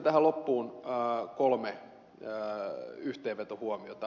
sitten tähän loppuun kolme yhteenvetohuomiota